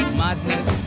madness